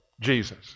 Jesus